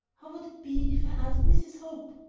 how would it be if i asked mrs. hope?